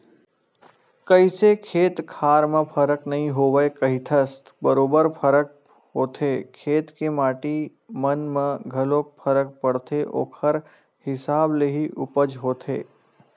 कइसे खेत खार म फरक नइ होवय कहिथस बरोबर फरक होथे खेत के माटी मन म घलोक फरक परथे ओखर हिसाब ले ही उपज होथे